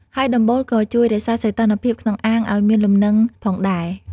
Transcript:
ហើយដំបូលក៏ជួយរក្សាសីតុណ្ហភាពក្នុងអាងឲ្យមានលំនឹងផងដែរ។